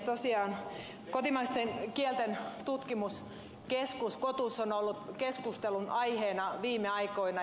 tosiaan kotimaisten kielten tutkimuskeskus kotus on ollut keskustelun aiheena viime aikoina